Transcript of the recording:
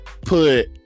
put